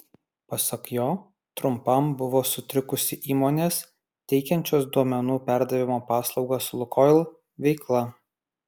pasak jo trumpam buvo sutrikusi įmonės teikiančios duomenų perdavimo paslaugas lukoil veikla